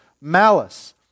malice